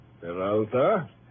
Peralta